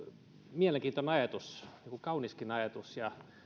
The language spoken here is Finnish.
mielenkiintoinen ajatus niin kuin kauniskin ajatus ja